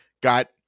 got